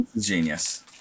Genius